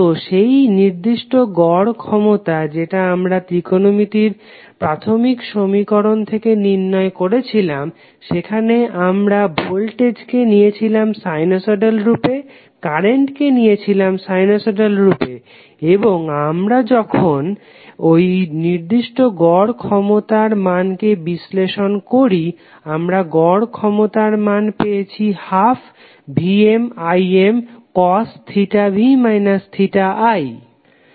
তো সেই নির্দিষ্ট গড় ক্ষমতা যেটা আমরা ত্রিকোণমিতির প্রাথমিক সমীকরণ থেকে নির্ণয় করেছিলাম সেখানে আমরা ভোল্টেজকে নিয়েছিলাম সাইনোসইডাল রূপে কারেন্টকে নিয়েছিলাম সাইনোসইডাল রূপে এবং যখন আমরা ঐ নির্দিষ্ট গড় ক্ষমতার মানকে বিশ্লেষণ করি আমরা গড় ক্ষমতার মান পেয়েছি 12 VmIm cos⁡